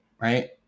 right